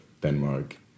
Denmark